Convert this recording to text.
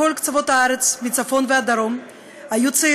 לכל אדם קול